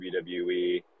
WWE